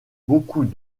beaucoup